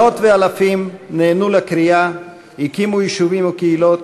מאות ואלפים נענו לקריאה, הקימו יישובים וקהילות,